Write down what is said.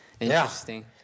Interesting